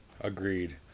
Agreed